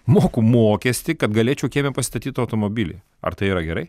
moku mokestį kad galėčiau kieme pastatyti automobilį ar tai yra gerai